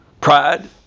Pride